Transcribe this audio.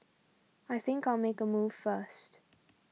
I think I'll make a move first